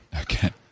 Okay